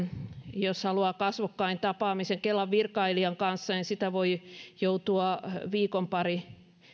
jos haluaa kasvokkain tapaamisen kelan virkailijan kanssa sitä voi joutua odottamaan viikon pari